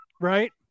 Right